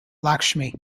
lakshmi